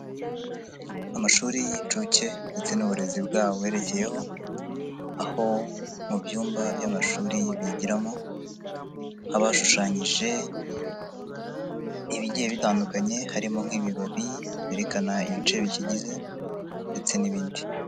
Amashuri y'inshuke ndetse n'uburezi bwabo buberekeyeho aho mu byumba by'amashuri bigiramo haba hashushanyije ibigiye bitandukanye harimo nk'ibibabi berekana ibice bikigize ndetse n'ibindi.